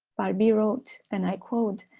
barby wrote, and i quote,